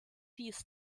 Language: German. dies